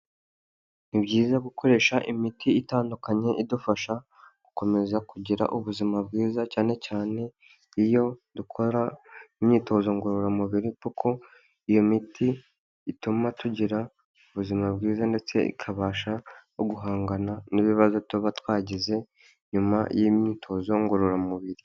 Ni byiza gukoresha imiti itandukanye idufasha gukomeza kugira ubuzima bwiza cyane cyane iyo dukora imyitozo ngororamubiri, kuko iyo miti ituma tugira ubuzima bwiza ndetse ikabasha no guhangana, n'ibibazo tuba twagize nyuma y'imyitozo ngororamubiri.